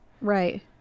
Right